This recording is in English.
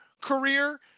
career